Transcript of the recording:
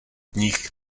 knih